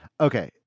Okay